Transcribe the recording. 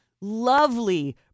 lovely